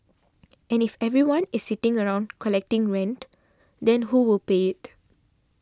and if everyone is sitting around collecting rent then who will pay it